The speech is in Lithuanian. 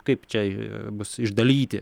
kaip čia bus išdalyti